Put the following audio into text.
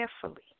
carefully